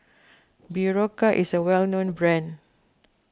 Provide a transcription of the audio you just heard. Berocca is a well known brand